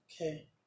okay